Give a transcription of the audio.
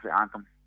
Anthem